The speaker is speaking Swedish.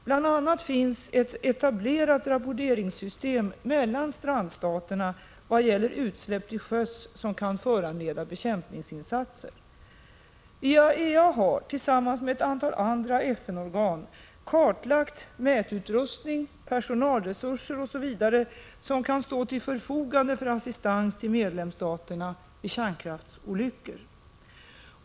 Bl.a. finns det ett etablerat rapporteringssystem mellan strandstaterna vad gäller utsläpp till sjöss som kan föranleda bekämpningsinsatser. IAEA har, tillsammans med ett antal andra FN-organ, kartlagt mätutrustning, personalresurser osv. som kan stå till förfogande för assistans till medlemsstaterna vid kärnkraftsolyckor.